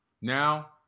Now